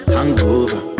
Hangover